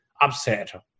upset